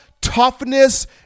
toughness